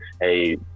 hey